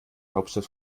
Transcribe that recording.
hauptstadt